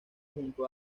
junto